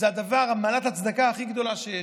זו מעלת הצדקה הכי גדולה שיש.